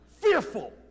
Fearful